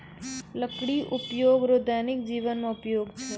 लकड़ी उपयोग रो दैनिक जिवन मे उपयोग छै